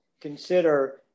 consider